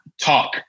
talk